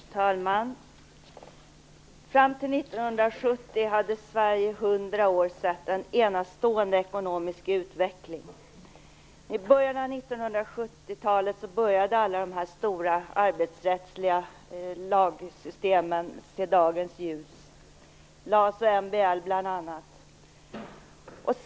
Fru talman! Fram till 1970 hade Sverige under 100 år sett en enastående ekonomisk utveckling. I början av 1970-talet började alla de stora arbetsrättsliga lagsystemen se dagens ljus, bl.a. LAS och MBL.